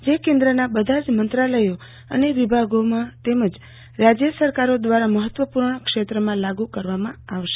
જે કેન્દ્રના બધા જ મંત્રાલયો અને વિભાગોમાં તેમજ રાજય સરકારો દ્વારા મહત્વપૂર્ણ ક્ષેત્રોમાં લાગુ કરવામાં આવશે